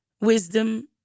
wisdom